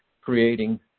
creating